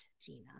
gina